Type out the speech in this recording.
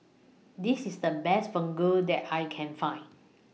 This IS The Best Fugu that I Can Find